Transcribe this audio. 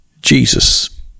Jesus